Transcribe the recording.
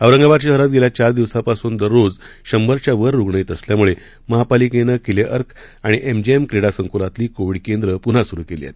औरंगाबाद शहरात गेल्या चार दिवसांपासून दररोज शंभरच्या वर रुग्ण येत असल्यामुळे महापालिकेनं किलेअर्क आणि एमजीएम क्रीडासंकुलातली कोविड केंद्रं पुन्हा सुरू केली आहेत